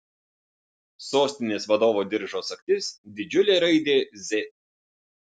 sostinės vadovo diržo sagtis didžiulė raidė z